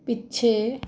ਪਿੱਛੇ